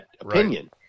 opinion